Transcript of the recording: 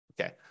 Okay